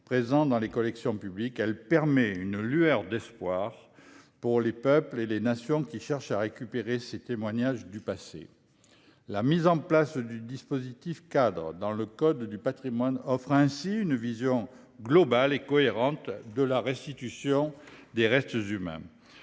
présents dans les collections publiques, elle représente une lueur d'espoir pour les peuples et pour les nations qui cherchent à récupérer ces témoignages du passé. La mise en place d'un dispositif-cadre dans le code du patrimoine offre ainsi une vision globale et cohérente de la restitution des restes humains.